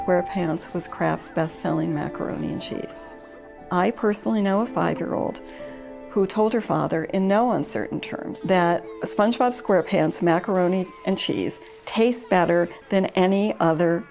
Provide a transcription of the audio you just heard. square pants was crass best selling macaroni and cheese i personally know a five year old who told her father in no uncertain terms that sponge bob square pants macaroni and cheese tastes better than any other